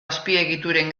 azpiegituren